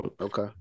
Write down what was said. Okay